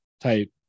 type